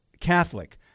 Catholic